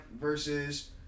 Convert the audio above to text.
versus